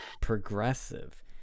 progressive